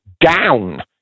down